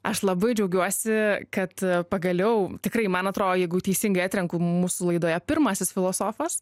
aš labai džiaugiuosi kad pagaliau tikrai man atrodo jeigu teisingai atrenku mūsų laidoje pirmasis filosofas